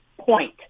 point